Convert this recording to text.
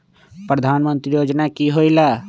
प्रधान मंत्री योजना कि होईला?